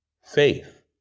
faith